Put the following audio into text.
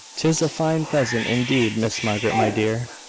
tis a fine pheasant, indeed, miss margaret, my dear,